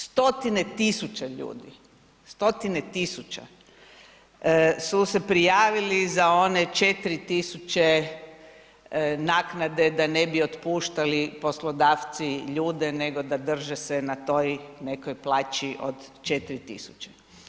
Stotine tisuća ljudi, stotine tisuća, su se prijavili za one 4 tisuće naknade da ne bi otpuštali poslodavci ljude nego da drže se na toj nekoj plaću od 4 tisuće.